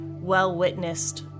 well-witnessed